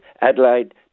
Adelaide